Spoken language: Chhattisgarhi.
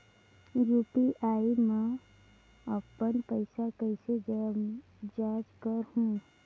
मैं यू.पी.आई मा अपन पइसा कइसे जांच करहु?